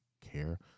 care